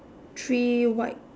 three white